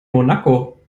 monaco